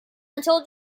until